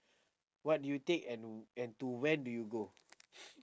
what you take and and to when do you go